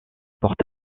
porte